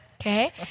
Okay